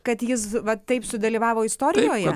kad jis va taip sudalyvavo istorijoje